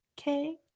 Okay